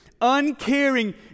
uncaring